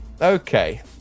Okay